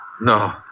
no